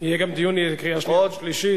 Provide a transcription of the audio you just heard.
יהיה גם דיון לקריאה שנייה ושלישית,